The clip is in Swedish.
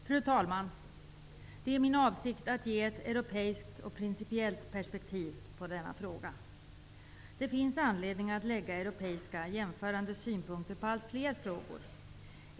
Fru talman! Det är min avsikt att ge ett europeiskt och principiellt perspektiv på denna fråga. Det finns anledning att lägga europeiska jämförande synpunkter på allt fler frågor.